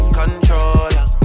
controller